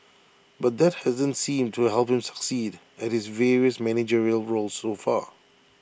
but that hasn't seemed to help him succeed at his various managerial roles so far